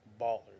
ballers